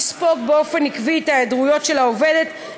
יספוג באופן עקבי את ההיעדרויות של העובדת,